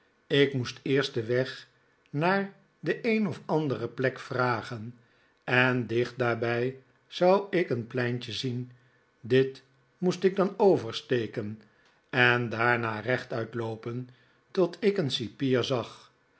ik moest eerst deri weg naar de een of andere plek viagen en dicht daarbij zou ik een pleintje zien dit moest ik dan oversteken en daarna rechtuit loopen tot ik een cipier zag